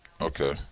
Okay